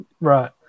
Right